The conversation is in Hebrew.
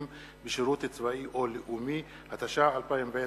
למשרתים בשירות צבאי או לאומי, התש"ע 2010,